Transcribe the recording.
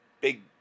big